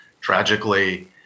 tragically